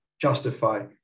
justify